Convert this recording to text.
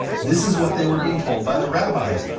this is what they were being told by the rabbis,